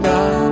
God